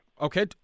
Okay